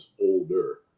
older